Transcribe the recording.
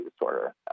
disorder